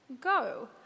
Go